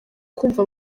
kumva